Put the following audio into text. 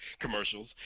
commercials